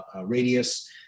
radius